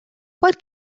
what